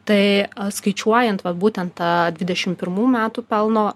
tai a skaičiuojant vat būtent tą dvidešimt pirmų metų pelno